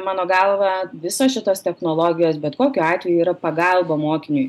mano galva visos šitos technologijos bet kokiu atveju yra pagalba mokiniui